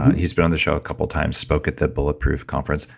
he's been on the show a couple times, spoke at the bulletproof conference.